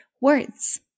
words